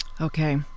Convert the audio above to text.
Okay